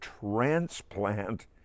transplant